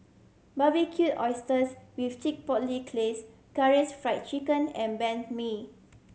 Barbecued Oysters with Chipotle Glaze Karaage Fried Chicken and Banh Mi